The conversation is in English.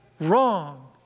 wrong